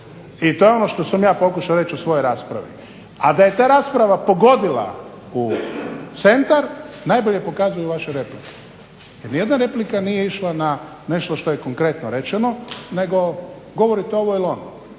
I to je ono što sam ja pokušao reći u svojoj raspravi, a da je ta rasprava pogodila u centar, najbolje pokazuju vaše replike jer ni jedna replika nije išla na nešto što je konkretno rečeno, nego govorite ovo ili ono.